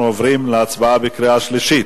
אנחנו עוברים להצבעה בקריאה שלישית.